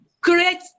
Create